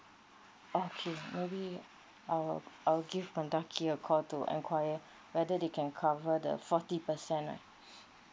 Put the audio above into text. okay maybe I will I'll give MENDAKI a call to encquire whether they can cover the forty percent right